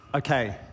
Okay